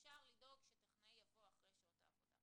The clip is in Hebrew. אפשר לדאוג שטכנאי יבוא אחרי שעות העבודה,